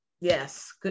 yes